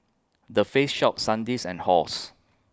The Face Shop Sandisk and Halls